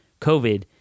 COVID